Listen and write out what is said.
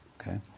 okay